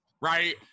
right